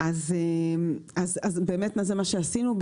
אז באמת זה מה שעשינו.